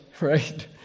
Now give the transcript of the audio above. right